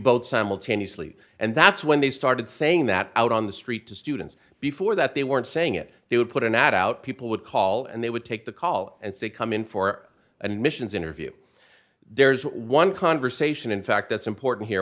both simultaneously and that's when they started saying that out on the street to students before that they weren't saying it they would put an ad out people would call and they would take the call and say come in for and missions interview there's one conversation in fact that's important here